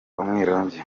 umwirongi